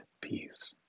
peace